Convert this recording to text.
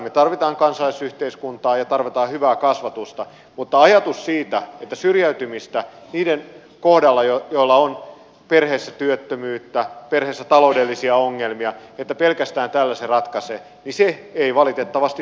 me tarvitsemme kansalaisyhteiskuntaa ja tarvitsemme hyvää kasvatusta mutta ajatus siitä että syrjäytymistä niiden kohdalla joilla on perheessä työttömyyttä perheessä taloudellisia ongelmia pelkästään tällä ratkaistaan se ei valitettavasti toimi